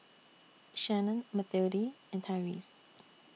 Shannon Mathilde and Tyreese